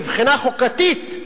מבחינה חוקתית,